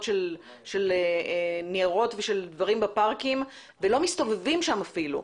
של ניירות ושל דברים בפארקים ולא מסתובבים שם אפילו.